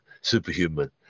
superhuman